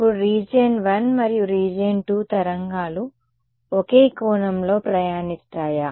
ఇప్పుడు region I మరియు region II తరంగాలు ఒకే కోణంలో ప్రయాణిస్తాయా